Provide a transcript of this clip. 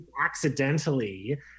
Accidentally